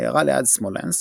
עיירה ליד סמולנסק,